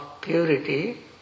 purity